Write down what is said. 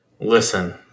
Listen